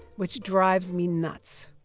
which drives me nuts.